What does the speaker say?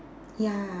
ya